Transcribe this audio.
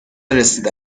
رسیده